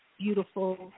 beautiful